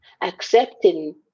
accepting